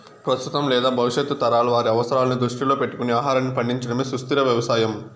ప్రస్తుతం లేదా భవిష్యత్తు తరాల వారి అవసరాలను దృష్టిలో పెట్టుకొని ఆహారాన్ని పండించడమే సుస్థిర వ్యవసాయం